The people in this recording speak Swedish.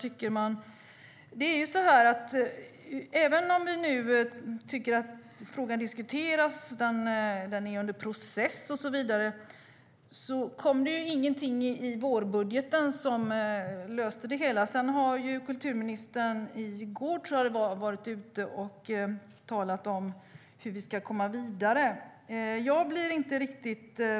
Även om frågan nu diskuteras och är under process och så vidare kom det ingenting i vårbudgeten som löste det hela. Sedan har kulturministern varit ute - i går, tror jag - och talat om hur vi ska komma vidare.